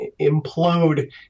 implode